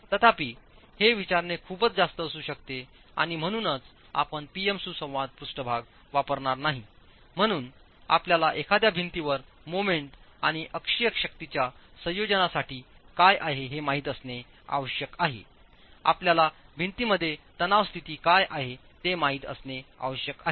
तथापि हे विचारणे खूपच जास्त असू शकते आणि म्हणूनच आपण P M सुसंवाद पृष्ठभाग वापरणार नाही म्हणून आपल्याला एखाद्या भिंतीवर मोमेंट आणि अक्षीय शक्तींच्या संयोजनासाठी काय आहे हे माहित असणे आवश्यक आहे आपल्याला भिंतीमध्ये तणाव स्थिती काय आहे ते माहित असणे आवश्यक आहे